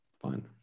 fine